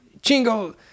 Chingo